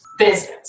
business